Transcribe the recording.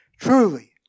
truly